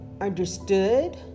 understood